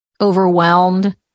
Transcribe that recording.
overwhelmed